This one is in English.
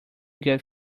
get